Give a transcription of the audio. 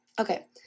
Okay